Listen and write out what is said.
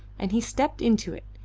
and he stepped into it,